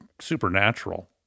supernatural